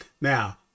now